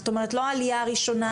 זאת אומרת לא העלייה הראשונה,